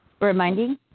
Reminding